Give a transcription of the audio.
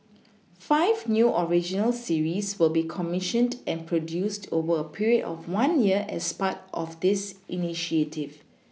five new original series will be comMissioned and produced over a period of one year as part of this initiative